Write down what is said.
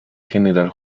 general